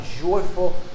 joyful